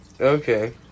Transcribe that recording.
Okay